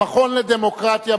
במכון הישראלי לדמוקרטיה,